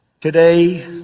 Today